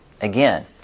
Again